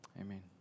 Amen